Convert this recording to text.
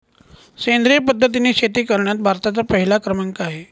सेंद्रिय पद्धतीने शेती करण्यात भारताचा पहिला क्रमांक आहे